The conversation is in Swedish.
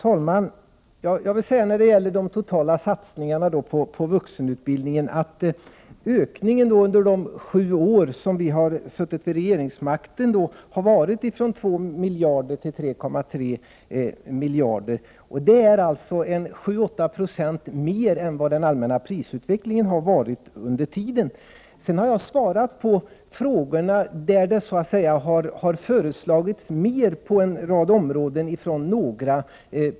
Herr talman! Jag vill när det gäller de totala satsningarna på vuxenutbildningen säga att ökningen under de sju år som vi har suttit vid regeringsmakten har varit från 2 miljarder till 3,3 miljarder, och det är 7-8 Zo mer än vad som motsvarar den allmänna prisutvecklingen under den tiden. Jag har svarat på de frågor som gällt punkter där några partier föreslagit mer på en rad områden.